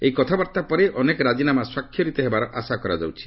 ଏହି କଥାବାର୍ତ୍ତା ପରେ ଅନେକ ରାଜିନାମା ସ୍ୱାକ୍ଷରିତ ହେବାର ଆଶା କରାଯାଉଛି